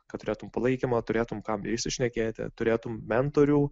kad turėtum palaikymą turėtum kam ir išsišnekėti turėtum mentorių